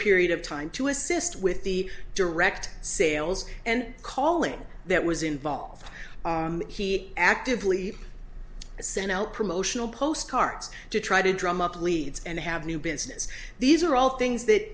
period of time to assist with the direct sales and calling that was involved he actively sent out promotional postcards to try to drum up leads and have new business these are all things